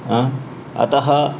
हा अतः